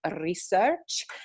research